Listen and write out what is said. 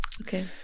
okay